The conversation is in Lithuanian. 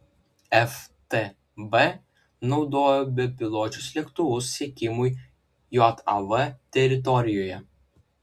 ftb naudojo bepiločius lėktuvus sekimui jav teritorijoje